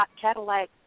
Cadillac